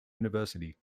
university